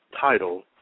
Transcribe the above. title